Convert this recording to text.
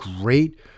great